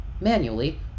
manually